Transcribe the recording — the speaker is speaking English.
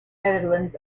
netherlands